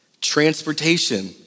transportation